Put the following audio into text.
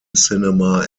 cinema